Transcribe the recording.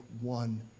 one